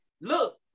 Look